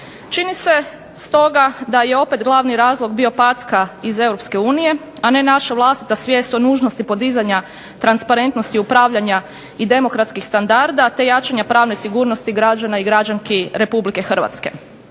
Čini se stoga da je opet glavni razlog bio packa iz EU, a ne naša vlastita svijest o nužnosti podizanja transparentnosti upravljanja i demokratskih standarda, te jačanja pravne sigurnosti građana i građanki RH.